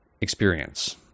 experience